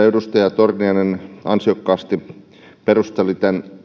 edustaja torniainen ansiokkaasti perusteli tämän